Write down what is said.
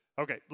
Okay